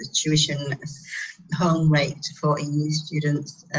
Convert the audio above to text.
tuition home rate for a new student